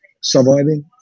surviving